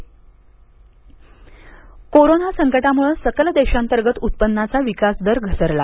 GDP corona संकटामुळं सकल देशांतर्गत उत्पन्नाचा विकास दर घसरला